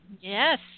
Yes